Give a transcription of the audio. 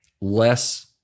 less